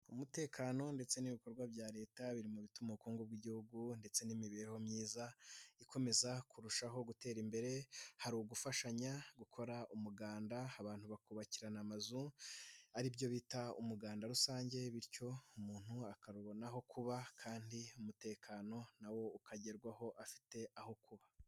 Umutekano ndetse n'ibikorwa bya leta biri mu bituma ubukungu bw'igihugu ndetse n'imibereho myiza ikomeza kurushaho gutera imbere, hari ugufashanya, gukora umuganda, abantu bakubakirana amazu, aribyo bita umuganda rusange, bityo umuntu akabonaho kuba kandi umutekano nawo ukagerwaho afite aho kuba.